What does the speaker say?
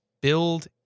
build